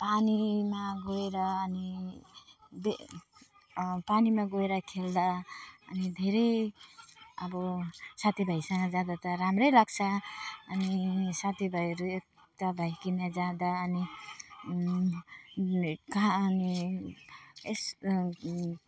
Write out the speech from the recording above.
पानीमा गएर अनि दे पानीमा गएर खेल्दा अनि धेरै अब साथीभाइसँग जाँदा त राम्रै लाग्छ अनि साथीभाइहरू एकता भइकन जाँदा अनि खाने यस्तो